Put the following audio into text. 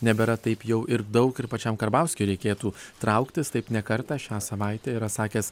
nebėra taip jau ir daug ir pačiam karbauskiui reikėtų trauktis taip ne kartą šią savaitę yra sakęs